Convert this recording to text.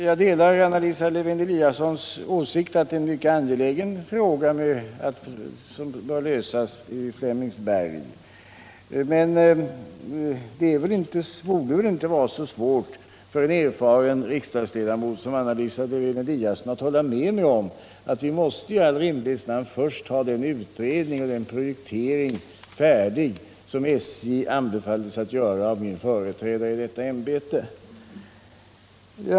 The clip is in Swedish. Jag delar Anna Lisa Lewén-Eliassons åsikt att en järnvägsstation i Flemingsberg är en mycket angelägen fråga som bör lösas. Men det borde inte vara så svårt för en erfaren riksdagsledamot som Anna Lisa Lewén-Eliasson att hålla med mig om att vi i rimlighetens namn först måste få den utredning och prioritering som SJ av min företrädare i detta ämbete anbefalldes göra.